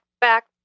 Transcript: back